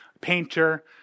painter